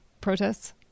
protests